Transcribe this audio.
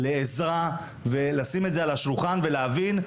לעזרה ולשים את זה על השולחן ולהבין כי